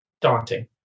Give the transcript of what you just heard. daunting